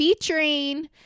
featuring